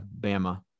Bama